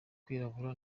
kwirabura